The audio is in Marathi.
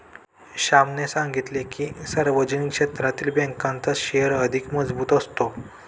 श्यामने सांगितले की, सार्वजनिक क्षेत्रातील बँकांचा शेअर अधिक मजबूत असतो